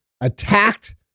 attacked